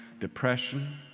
depression